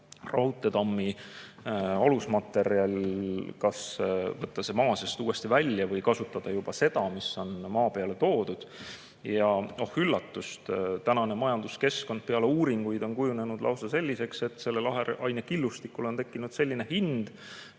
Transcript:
raudteetammi alusmaterjal: kas võtta see maa seest välja või kasutada seda, mis on juba maa peale toodud? Ja oh üllatust, nüüdne majanduskeskkond on peale uuringuid kujunenud lausa selliseks, et sellele aherainekillustikule on tekkinud selline hind